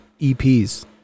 EPs